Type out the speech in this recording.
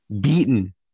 beaten